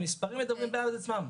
המספרים מדברים בעד עצמם.